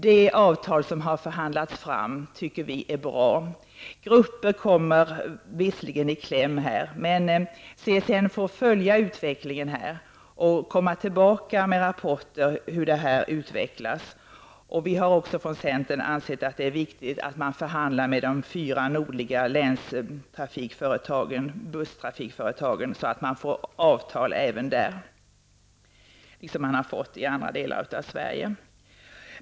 Det avtal som har förhandlats fram tycker vi är bra. Vissa grupper kommer visserligen i kläm här, men CSN får följa utvecklingen och komma tillbaka med rapporter om hur det utvecklas. Vi har också från centern ansett det viktigt att man förhandlar med de fyra nordliga länstrafikföretagen för busstrafik, så att man får avtal även där, liksom man fått i övriga delen av Sverige.